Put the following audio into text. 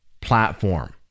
platform